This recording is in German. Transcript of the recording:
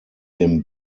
dem